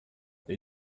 they